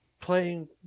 playing